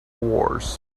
wars